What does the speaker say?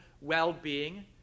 well-being